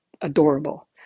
adorable